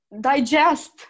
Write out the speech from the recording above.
digest